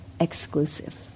exclusive